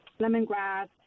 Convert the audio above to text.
lemongrass